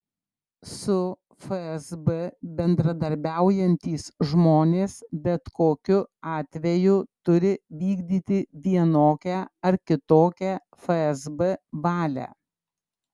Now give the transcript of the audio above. su fsb bendradarbiaujantys žmonės bet kokiu atveju turi vykdyti vienokią ar kitokią fsb valią